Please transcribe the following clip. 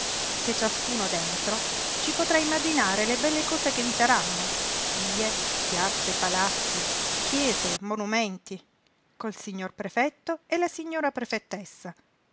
che ciascuno dentro ci potrà immaginare le belle cose che vi saranno vie piazze palazzi chiese monumenti col signor prefetto e la signora prefettessa